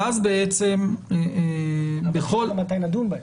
אבל השאלה מתי נדון בהן.